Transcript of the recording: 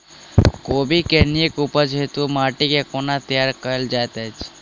कोबी केँ नीक उपज हेतु माटि केँ कोना तैयार कएल जाइत अछि?